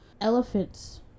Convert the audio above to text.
elephants